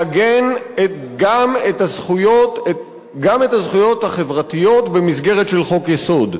לעגן גם את הזכויות החברתיות במסגרת של חוק-יסוד.